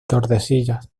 tordesillas